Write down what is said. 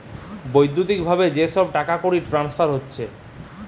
বৈদ্যুতিক ভাবে যে সব টাকাকড়ির ট্রান্সফার হচ্ছে